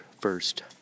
first